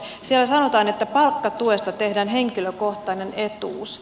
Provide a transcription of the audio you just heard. siellä sanotaan että palkkatuesta tehdään henkilökohtainen etuus